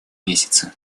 месяце